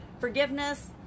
forgiveness